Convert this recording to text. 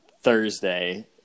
Thursday